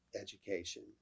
education